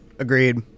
Agreed